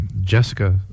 Jessica